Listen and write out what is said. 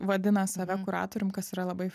vadina save kuratorium kas yra labai